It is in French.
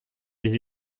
des